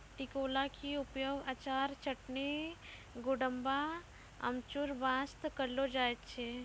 टिकोला के उपयोग अचार, चटनी, गुड़म्बा, अमचूर बास्तॅ करलो जाय छै